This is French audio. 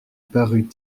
parut